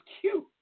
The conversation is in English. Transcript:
cute